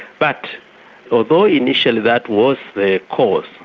but although initially that was the cause,